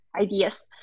ideas